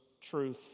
truth